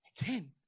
again